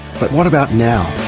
but what about now?